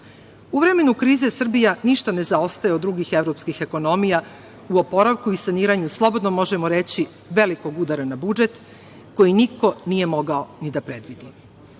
U vremenu krize Srbija ništa ne zaostaje od drugih evropskih ekonomija u oporavku i saniranju, slobodno možemo reći, velikog udara na budžet, koji niko nije mogao ni da predvidi. Moram